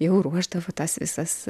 jau ruošdavo tas visas